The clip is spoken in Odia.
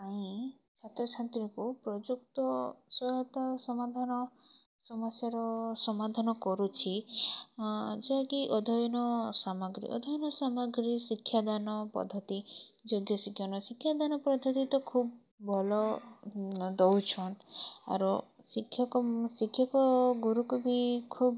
ପାଇଁ ଛାତ୍ର ଛାତ୍ରୀକୁ ପ୍ରଯୁକ୍ତ ସହାୟତା ସମାଧାନ ସମସ୍ୟାର ସମାଧାନ କରୁଛି ଯାହାକି ଅଧୟନ ସାମଗ୍ରୀ ଅଧ୍ୟୟନ ସାମଗ୍ରୀ ଶିକ୍ଷାଦାନ ପଦ୍ଧତି ଯୋଗ୍ୟ ଶିକ୍ଷାଦାନ ଶିକ୍ଷାଦାନ ପଦ୍ଧତି ତ ଖୁବ୍ ଭଲ ଦଉଛନ୍ ଆରୁ ଶିକ୍ଷକ ଶିକ୍ଷକ ଗୁରୁକୁ ବି ଖୁବ୍